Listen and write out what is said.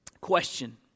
Question